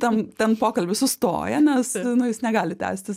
ten ten pokalbis sustoja nes nu jis negali tęstis